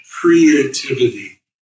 creativity